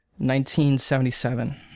1977